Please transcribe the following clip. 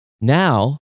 Now